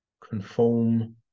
Conform